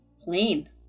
plain